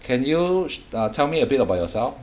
can you s~ uh tell me a bit about yourself